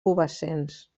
pubescents